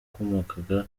wakomokaga